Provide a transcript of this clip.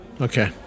Okay